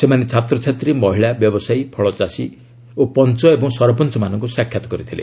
ସେମାନେ ଛାତ୍ରଛାତ୍ରୀ ମହିଳା ବ୍ୟବସାୟୀ ଫଳଚାଷୀ ଓ ପଞ୍ଚ ଏବଂ ସରପଞ୍ଚମାନଙ୍କୁ ସାକ୍ଷାତ୍ କରିଛନ୍ତି